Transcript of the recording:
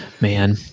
Man